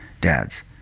dads